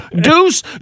Deuce